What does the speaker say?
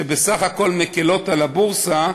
שבסך הכול מקלות על הבורסה,